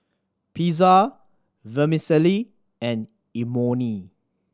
Pizza Vermicelli and Imoni